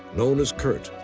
known as curt.